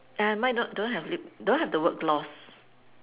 err mine not don't have lip don't have the word gloss